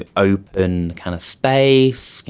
ah open kind of space,